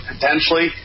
potentially